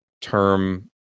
term